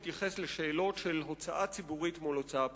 אני רוצה להתייחס לשאלות של הוצאה ציבורית מול הוצאה פרטית.